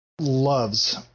loves